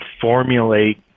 formulate